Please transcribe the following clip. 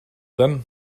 then